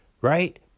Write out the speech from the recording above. right